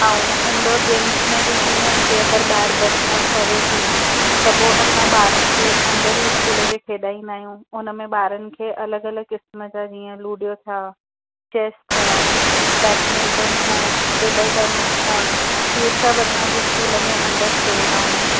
ऐं indoor games में बि कीअं जीअं अगरि ॿाहिरी बरसाति पवे थी त पोइ असां ॿारनि खे अंदरु ई स्कूल जे खेॾाईंदा आहियूं हुनमें ॿारनि खे अलॻि अलॻि क़िस्म जा जीअं लुडयो थिआ चेस थिआ बेंडमिंटन थिआ टेबल टेनिस थिया इहे सभु असांजे स्कूल में अंदरु सुविधाऊं आहिनि